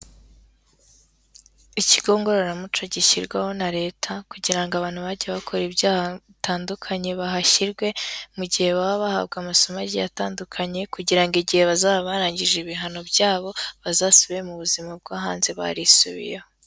Ikigo ngororamuco gishyirwaho na leta, kugira ngo abantu bagiye bakora ibyaha bitandukanye bahashyirwe, mu gihe baba bahabwa amasomo agiye atandukanye, kugira ngo igihe bazaba barangije ibihano byabo, bazasubire mu buzima bwo hanze barisubiyeho.